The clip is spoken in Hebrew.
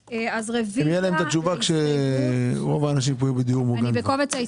בבית המשפט לענייני משפחה שבסיומו ניתנה החלטה שקובעת שלא הוכח